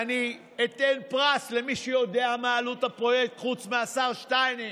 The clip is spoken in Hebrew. ואני אתן פרס למי שיודע מה עלות הפרויקט חוץ מהשר שטייניץ.